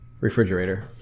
refrigerator